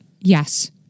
Yes